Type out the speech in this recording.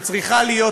שצריכה להיות,